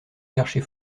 chercher